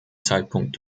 zeitpunkt